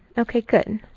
ok. good.